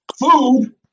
food